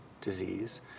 disease